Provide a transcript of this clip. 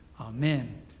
Amen